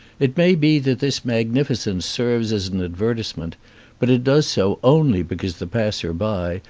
it may be that this magnificence serves as an advertisement but it does so only because the passer-by,